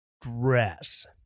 dress